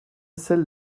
celle